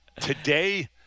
today